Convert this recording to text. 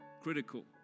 critical